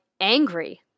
angry